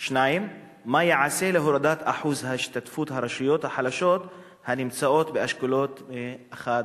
2. מה ייעשה להורדת אחוז השתתפות הרשויות החלשות הנמצאות באשכולות 1 3?